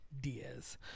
Diaz